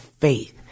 faith